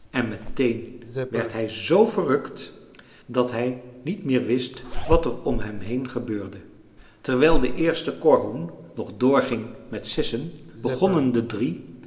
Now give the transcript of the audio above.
en meteen werd hij z verrukt dat hij niet meer wist wat er om hem heen gebeurde terwijl de eerste korhoen nog doorging met sissen begonnen de drie